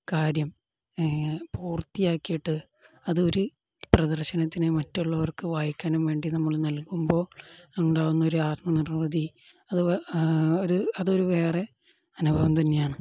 കാര്യം പൂർത്തിയാക്കിയിട്ട് അതൊരു പ്രദർശനത്തിനു മറ്റുള്ളവർക്കു വായിക്കാനും വേണ്ടി നമ്മള് നൽകുമ്പോള് ഉണ്ടാവുന്നൊരു ആത്മനിർവൃതി അത് ഒരു അതൊരു വേറെ അനുഭവം തന്നെയാണ്